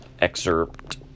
excerpt